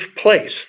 place